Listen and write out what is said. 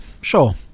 sure